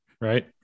Right